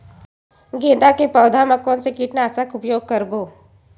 गेंदा के पौधा म कोन से कीटनाशक के उपयोग करबो?